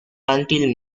until